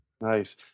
Nice